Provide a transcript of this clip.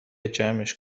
جمعش